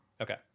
okay